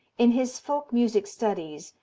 in his folk music studies,